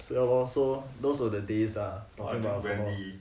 so ya lor so those are the days ah